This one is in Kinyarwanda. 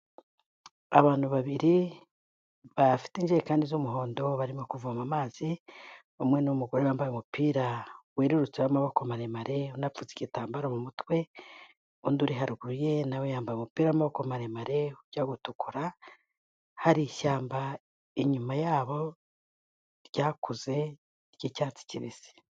Abantu babiri bafite injerekani z'umuhondo barimo kuvoma amazi, umwe ni umugore wambaye umupira werurutse w'amaboko maremare unapfutse igitambaro mu mutwe, undi uri haruguru ye nawe yambaye umupira w'amaboko maremare ujya gutukura, hari ishyamba inyuma yabo ryakuze ry'icyatsi kibisi.